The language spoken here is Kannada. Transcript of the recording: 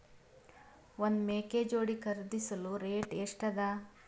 ಒಂದ್ ಮೇಕೆ ಜೋಡಿ ಖರಿದಿಸಲು ರೇಟ್ ಎಷ್ಟ ಅದ?